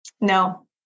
No